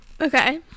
Okay